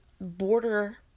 border